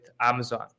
Amazon